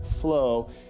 flow